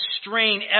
strain